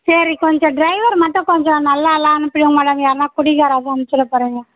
சரி கொஞ்சம் ட்ரைவர் மட்டும் கொஞ்சம் நல்லா ஆளாக அனுப்புங்க மேடம் யார்ன்னால் குடிக்காரன் எதுவும் அனுப்பிச்சுடப் போகிறீங்க